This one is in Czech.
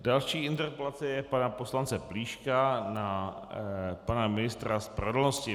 Další interpelace je pana poslance Plíška na pana ministra spravedlnosti.